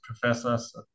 professors